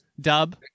Dub